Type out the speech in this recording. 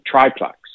triplex